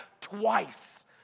twice